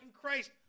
Christ